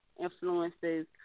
influences